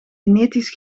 genetisch